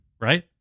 Right